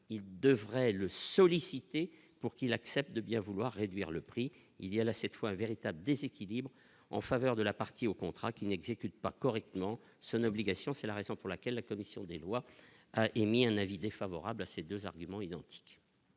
il devrait le solliciter pour qu'il accepte de bien vouloir réduire le prix il y a là cette fois un véritable déséquilibre en faveur de la partie au contrat qui n'exécute pas correctement Sun obligation, c'est la raison pour laquelle la commission des lois, émis un avis défavorable à ces 2 arguments identiques.